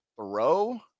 throw